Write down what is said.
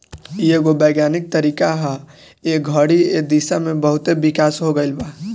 इ एगो वैज्ञानिक तरीका ह ए घड़ी ए दिशा में बहुते विकास हो गईल बा